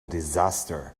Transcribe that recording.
disaster